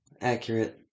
accurate